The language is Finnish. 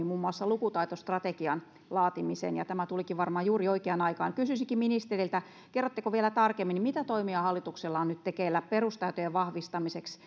muun muassa lukutaitostrategian laatimiseen tämä tulikin varmaan juuri oikeaan aikaan kysyisinkin ministeriltä kerrotteko vielä tarkemmin mitä toimia hallituksella on nyt tekeillä perustaitojen vahvistamiseksi